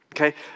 Okay